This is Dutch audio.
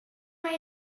maar